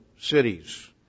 cities